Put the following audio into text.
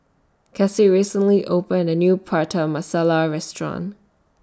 Kasie recently opened A New Prata Masala Restaurant